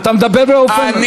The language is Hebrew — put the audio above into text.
אתה מדבר באופן ברור.